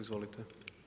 Izvolite.